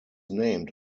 named